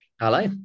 Hello